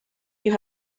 you